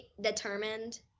determined